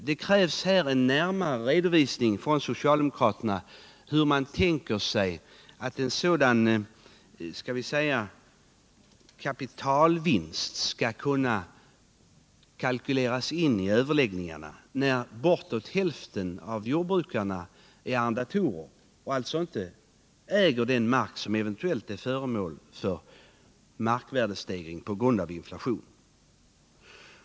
Det krävs här en närmare redovisning av socialdemokraterna hur man tänker sig att en sådan kapitalvinst — låt mig kalla det så — skall kunna kalkyleras in i prisöverläggningarna, när bortåt hälften av jordbrukarna är arrendatorer och alltså inte äger den mark som eventuellt är föremål för markvärdestegring på grund av inflation.